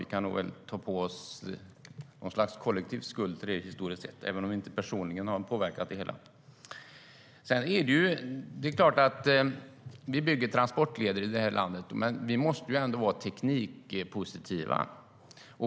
Vi kan nog ta på oss något slags kollektiv skuld för det historiskt sett, även om vi personligen inte har påverkat det hela. Vi bygger transportleder i detta land, men vi måste ändå vara teknikpositiva.